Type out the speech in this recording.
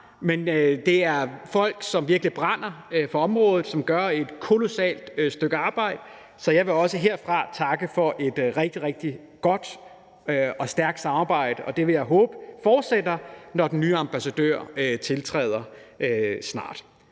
men det er folk, som virkelig brænder for området, og som gør et kolossalt stykke arbejde. Så jeg vil også herfra takke for et rigtig, rigtig godt og stærkt samarbejde, og det vil jeg håbe fortsætter, når den nye ambassadør snart